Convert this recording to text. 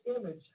image